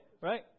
right